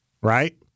right